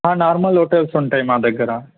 normal hotels ఉంటాయి మా దగ్గర